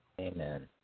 Amen